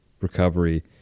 recovery